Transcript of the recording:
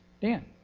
Dan